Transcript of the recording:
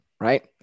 right